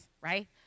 right